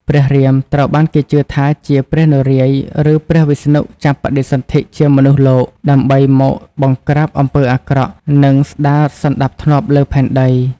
ព្រះរាមត្រូវបានគេជឿថាជាព្រះនរាយណ៍ ឬព្រះវិស្ណុ ចាប់បដិសន្ធិជាមនុស្សលោក ដើម្បីមកបង្រ្កាបអំពើអាក្រក់ និងស្ដារសណ្ដាប់ធ្នាប់លើផែនដី ។